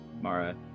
Mara